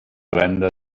venda